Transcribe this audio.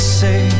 say